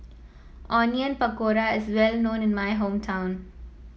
Onion Pakora is well known in my hometown